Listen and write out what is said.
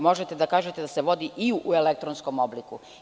Možete da kažete da se vodi i u elektronskom obliku.